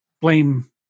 blame